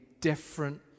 different